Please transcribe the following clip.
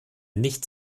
nicht